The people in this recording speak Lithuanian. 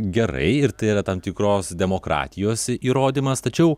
gerai ir tai yra tam tikros demokratijos įrodymas tačiau